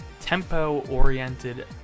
tempo-oriented